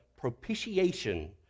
propitiation